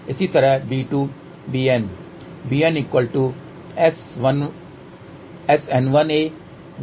इसी तरह b2 bN